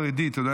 חרדית.